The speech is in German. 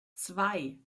zwei